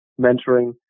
mentoring